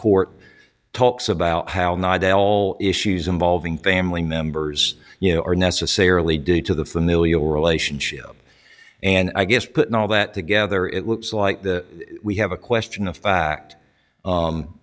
court talks about how they all issues involving family members you know are necessarily due to the familial relationship and i guess putting all that together it looks like the we have a question of fact